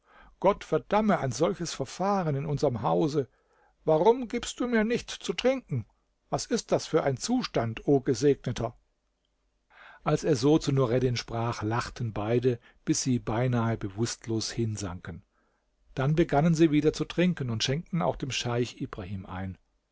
gott verdamme ein solches verfahren in unserm hause warum gibst du mir nicht zu trinken was ist das für ein zustand o gesegneter als er so zu nureddin sprach lachten beide bis sie beinahe bewußtlos hinsanken dann begannen sie wieder zu trinken und schenkten auch dem scheich ibrahim ein